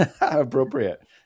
appropriate